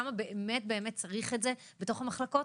כמה באמת צריך את זה בתוך המחלקות.